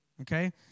Okay